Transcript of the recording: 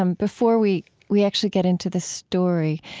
um before we we actually get into the story,